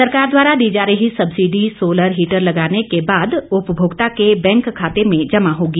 सरकार द्वारा दी जा रही सब्सिडी सोलर हीटर लगाने के बाद उपभोक्ता के बैंक खाते में जमा होगी